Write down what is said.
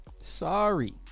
sorry